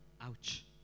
Ouch